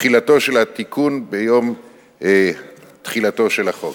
תחילתו של התיקון ביום תחילתו של החוק.